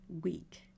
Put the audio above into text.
week